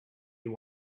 you